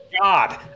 God